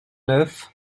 neuf